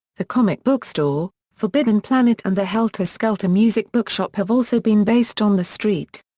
the comic book store, forbidden planet and the helter skelter music bookshop have also been based on the street.